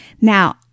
Now